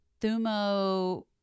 Thumo